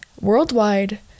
worldwide